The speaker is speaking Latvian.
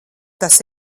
tas